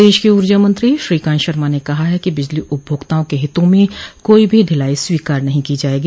प्रदेश के ऊर्जा मंत्री श्रीकांत शर्मा ने कहा है कि बिजली उपभोक्ताओं के हितों में कोई भी ढिलाई स्वोकार नहीं की जायेगी